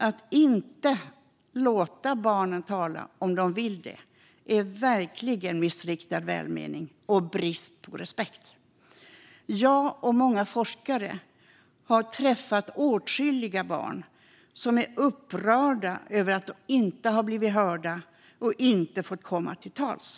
Att inte låta barn tala om de vill det är verkligen missriktad välmening och brist på respekt. Jag och många forskare har träffat åtskilliga barn som är upprörda över att de inte har blivit hörda och inte fått komma till tals.